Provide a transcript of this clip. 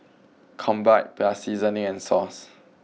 combined plus seasoning and sauce